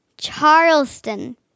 Charleston